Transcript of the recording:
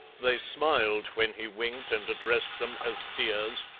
they smiled when he winked and addressed them as dears,